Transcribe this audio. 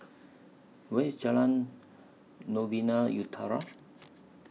Where IS Jalan Novena Utara